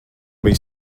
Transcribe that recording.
bija